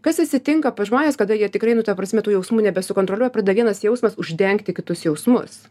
kas atsitinka pas žmones kada jie tikrai nu ta prasme tų jausmų nebe sukontroliuoja pradeda vienas jausmas uždengti kitus jausmus